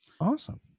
Awesome